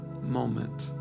moment